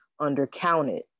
undercounted